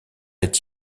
est